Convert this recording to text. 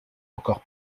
encore